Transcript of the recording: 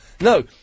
No